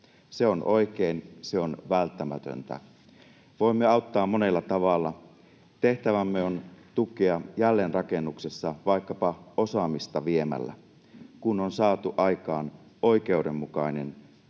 Se on oikein, se on välttämätöntä. Voimme auttaa monella tavalla. Tehtävämme on tukea jälleenrakennuksessa vaikkapa osaamista viemällä, kun on saatu aikaan oikeudenmukainen